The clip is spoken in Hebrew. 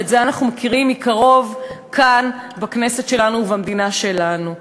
ואת זה אנחנו מכירים מקרוב כאן בכנסת שלנו ובמדינה שלנו,